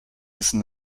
wissen